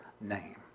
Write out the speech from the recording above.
name